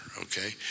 okay